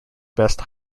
best